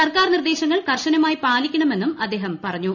സർക്കാർ നിർദ്ദേശങ്ങൾ കർശനമായി പാലിക്കണമെന്നും അദ്ദേഹം പറഞ്ഞു